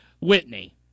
Whitney